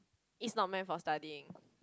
is not meant for studying